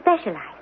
specialize